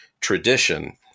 tradition